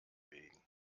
wegen